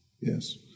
Yes